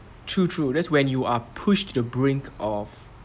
true true that's when you are pushed to the brink of